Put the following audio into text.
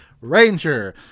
ranger